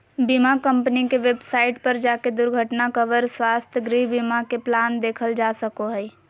बीमा कम्पनी के वेबसाइट पर जाके दुर्घटना कवर, स्वास्थ्य, गृह बीमा के प्लान देखल जा सको हय